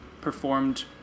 performed